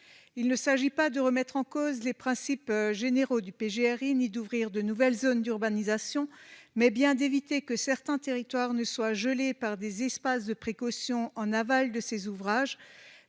Il ne s'agit pas de remettre en cause les principes généraux du PGRI, ni d'ouvrir de nouvelles zones d'urbanisation, mais bien d'éviter que certains territoires ne soient « gelés » par des « espaces de précaution » placés en aval de ces ouvrages,